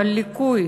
ליקוי